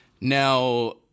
Now